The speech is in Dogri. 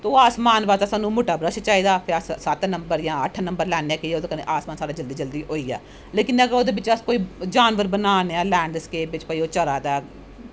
ओह् आसमान बास्तै साह्नू मुट्टा ब्रश चाही दा ते अस सत्त नंबर जां अट्ठ नंबर लैन्नें आसमान साढ़ा जल्दी जल्दी होई जा लेकिन अगर अस ओह्दे बिच्च कोई जानबर बनान्ने आं लैड़स्केप बिच्च ओह् चरा दा ऐ